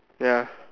ya